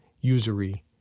usury